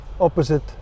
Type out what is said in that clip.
opposite